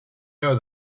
know